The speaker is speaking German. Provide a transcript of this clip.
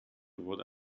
wurde